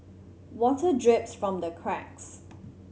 water drips from the cracks